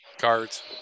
Cards